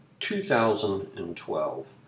2012